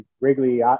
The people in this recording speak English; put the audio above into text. Wrigley